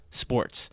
sports